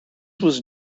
was